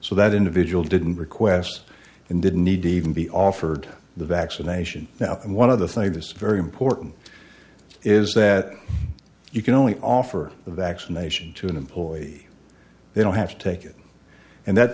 so that individual didn't request and didn't need to even be offered the vaccination now and one of the things this very important is that you can only offer the vaccination to an employee they don't have to take it and that